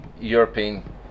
European